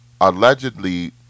allegedly